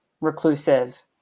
reclusive